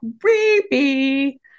Creepy